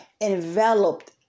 enveloped